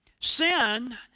sin